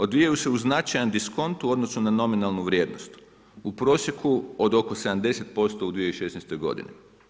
Odvijaju se uz značajan diskont u odnosu na nominalnu vrijednost u prosjeku od oko 70% u 2016. godini.